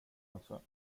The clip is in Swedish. också